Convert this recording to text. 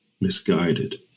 misguided